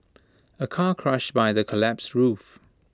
A car crushed by the collapsed roof